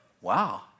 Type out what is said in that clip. wow